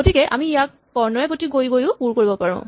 গতিকে আমি ইয়াক কৰ্ণয়ে প্ৰতি গৈ গৈয়ো পুৰ কৰিব পাৰো